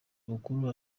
bakuru